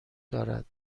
دارد